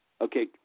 Okay